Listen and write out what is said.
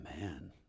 man